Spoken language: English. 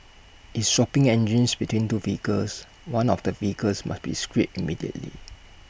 if swapping engines between two vehicles one of the vehicles must be scrapped immediately